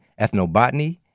ethnobotany